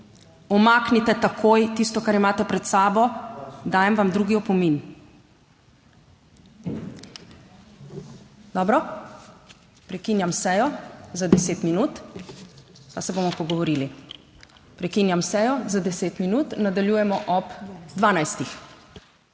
Umaknite takoj tisto, kar imate pred sabo. Dajem vam drugi opomin. Prekinjam sejo za 10 minut, pa se bomo pogovorili. Prekinjam sejo za 10 minut, nadaljujemo ob 12.